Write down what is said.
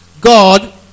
God